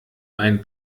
ein